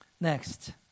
Next